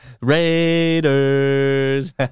Raiders